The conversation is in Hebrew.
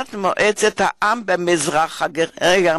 ונשיאת מועצת העם במזרח-גרמניה,